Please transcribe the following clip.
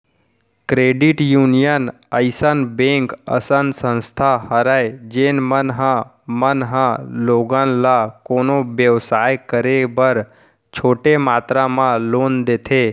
credit union अइसन bank असन संस्था हरय जेन मन ह मन ह लोगन ल कोनो बेवसाय करे बर छोटे मातरा म लोन देथे